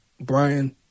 brian